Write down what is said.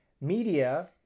Media